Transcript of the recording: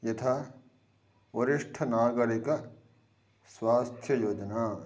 यथा वरिष्ठनागरिकानां स्वास्थ्ययोजना